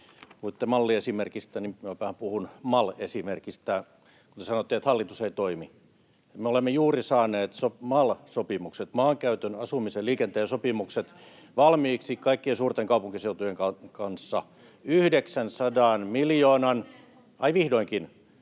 puhun MAL-esimerkistä. Te sanoitte, että hallitus ei toimi. Me olemme juuri saaneet MAL-sopimukset, maankäytön, asumisen, liikenteen sopimukset, valmiiksi kaikkien suurten kaupunkiseutujen kanssa. [Vasemmalta: Vihdoin!]